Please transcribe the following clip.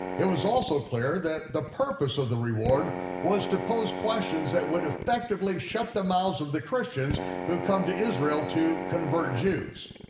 it was also clear that the purpose of the reward was to pose questions that would effectively shut the mouths of the christians who'd come to israel to convert jews.